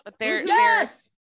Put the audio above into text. Yes